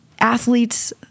athletes